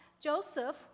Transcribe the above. Joseph